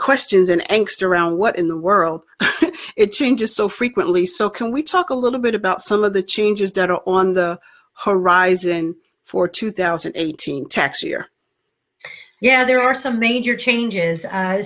questions in nx to around what in the world it changes so frequently so can we talk a little bit about some of the changes that are on the horizon for two thousand and eighteen tax year yeah there are some major changes